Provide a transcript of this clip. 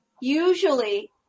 usually